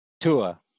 Tua